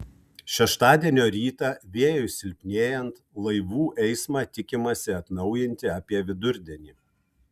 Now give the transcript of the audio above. šeštadienio rytą vėjui silpnėjant laivų eismą tikimasi atnaujinti apie vidurdienį